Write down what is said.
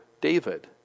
David